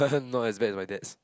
not as bad as my dad's